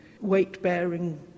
weight-bearing